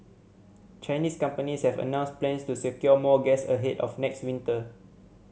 Chinese companies have announced plans to secure more gas ahead of next winter